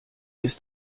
ist